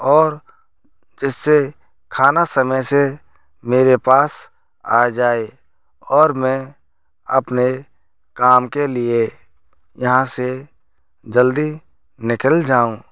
और जिससे खाना समय से मेरे पास आ जाए और मैं अपने काम के लिए यहाँ से जल्दी निकल जाऊँ